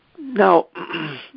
Now